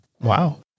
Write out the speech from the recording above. wow